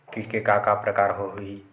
कीट के का का प्रकार हो होही?